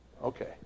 Okay